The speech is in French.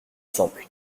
simple